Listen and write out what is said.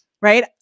right